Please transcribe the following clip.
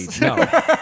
No